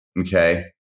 Okay